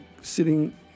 sitting